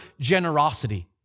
Generosity